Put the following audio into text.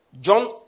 John